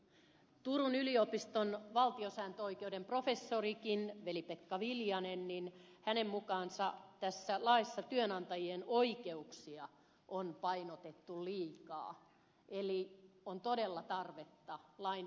tu run yliopiston valtiosääntöoikeuden professorin veli pekka viljasenkin mukaan tässä laissa työnantajien oikeuksia on painotettu liikaa eli on todella tarvetta lain uudelleenarviointiin